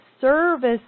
service